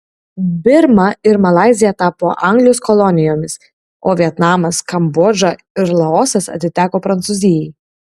birma ir malaizija tapo anglijos kolonijomis o vietnamas kambodža ir laosas atiteko prancūzijai